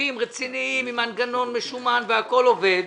גופים רציניים עם מנגנון משומן והכל עובד.